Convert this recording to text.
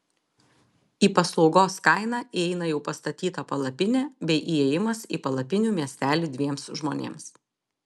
į paslaugos kainą įeina jau pastatyta palapinė bei įėjimas į palapinių miestelį dviems žmonėms